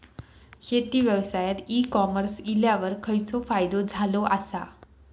शेती व्यवसायात e commerce इल्यावर खयचो फायदो झालो आसा?